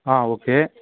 okay